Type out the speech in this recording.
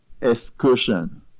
excursion